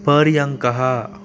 पर्यङ्कः